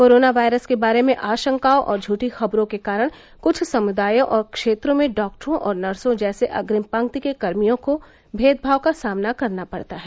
corona virus के बारे में आशंकाओं और झूठी खबरों के कारण कृष्ठ समुदायों और क्षेत्रों में डॉक्टरों और नर्सों जैसे अग्रिम पंक्ति के कर्मियों को भेदभाव का सामना करना पड़ता है